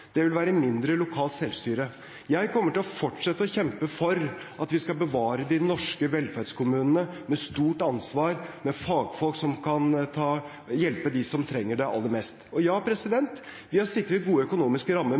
Det vil være mindre lokalt selvstyre. Jeg kommer til å fortsette å kjempe for at vi skal bevare de norske velferdskommunene med stort ansvar, med fagfolk som kan hjelpe dem som trenger det aller mest. Og ja, vi har sikret gode økonomiske rammer.